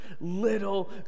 little